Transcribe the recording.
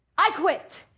i quit.